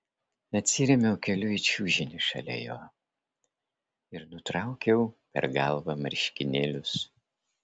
atsirėmiau keliu į čiužinį šalia jo ir nutraukiau per galvą marškinėlius